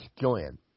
join